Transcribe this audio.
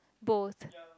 both